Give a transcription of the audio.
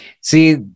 See